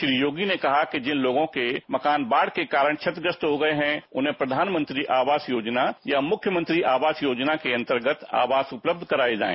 श्री योगी ने कहा कि जिन लोगों के मकान बाढ़ के कारण क्षतिग्रस्त हो गए हैं उन्हें प्रधानमंत्री आवास योजना या मुख्यमंत्री आवास योजना के अंतर्गत आवास उपलब्ध कराए जाएं